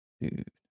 Dude